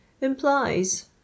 implies